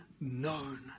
known